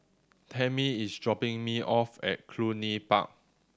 Tammie is dropping me off at Cluny Park